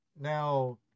Now